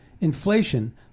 inflation